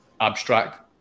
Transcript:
abstract